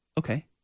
Okay